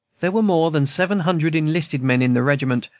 there were more than seven hundred enlisted men in the regiment,